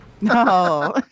no